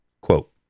quote